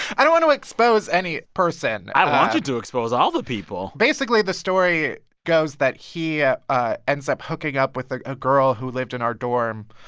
i don't want to expose any person i don't want you to expose all the people basically, the story goes that he ah ah ends up hooking up with a ah girl who lived in our dorm,